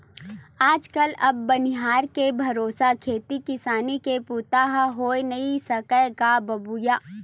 आज कल अब बनिहार के भरोसा खेती किसानी के बूता ह होय नइ सकय गा बाबूय